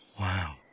Wow